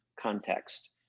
context